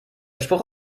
spruch